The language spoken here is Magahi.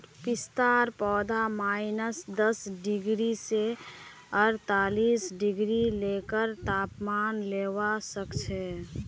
पिस्तार पौधा माइनस दस डिग्री स अड़तालीस डिग्री तकेर तापमान झेलवा सख छ